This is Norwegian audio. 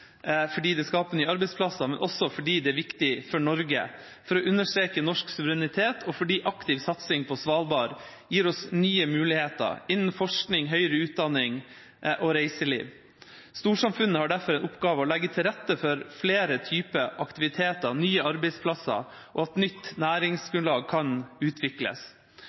for Norge for å understreke norsk suverenitet – og fordi aktiv satsing på Svalbard gir oss nye muligheter innen forskning, høyere utdanning og reiseliv. Storsamfunnet har derfor en oppgave i å legge til rette for flere typer aktiviteter og nye arbeidsplasser – og for at nytt næringsgrunnlag kan utvikles.